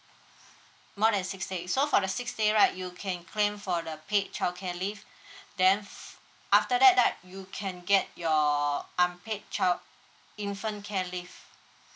more than six days so for the six days right you can claim for the paid childcare leave then after that right you can get your unpaid child infant care leave